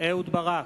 אהוד ברק,